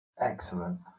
Excellent